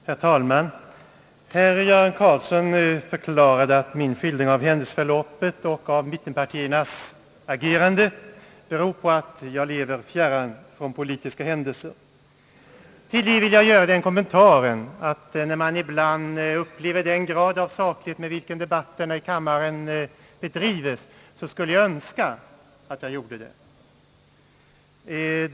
Herr talman! Herr Göran Karlsson förklarade att min skildring av händelseförloppet och av mittenpartiernas agerande beror på att jag lever fjärran från politiska händelser. Till det vill jag göra den kommentaren, att när jag upplever den grad av saklighet, med vilken debatten i kammaren ibland bedrives, skulle jag önska att jag levde fjärran från politiska händelser.